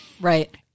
Right